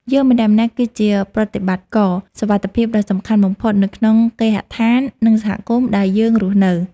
យើងម្នាក់ៗ គឺជាប្រតិបត្តិករសុវត្ថិភាពដ៏សំខាន់បំផុតនៅក្នុងគេហដ្ឋាន និងសហគមន៍ដែលយើងរស់នៅ។